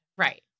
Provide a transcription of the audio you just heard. Right